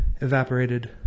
evaporated